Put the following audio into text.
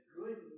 good